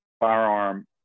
firearm